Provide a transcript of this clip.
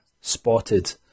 spotted